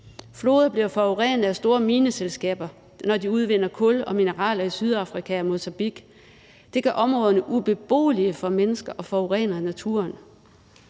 Floder bliver forurenet af store mineselskaber, når de udvinder kul og mineraler i Sydafrika og Mozambique; det gør områderne ubeboelige for mennesker og forurener naturen.